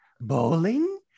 bowling